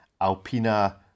Alpina